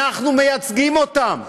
אנחנו מייצגים אותם.